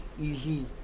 easy